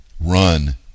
Run